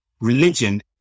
Religion